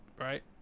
right